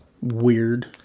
Weird